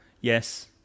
Yes